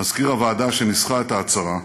מזכיר הוועדה שניסחה את ההצהרה,